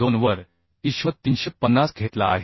2 वर ISHV 350 घेतला आहे